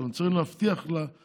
זאת אומרת צריך להבטיח לחקלאים,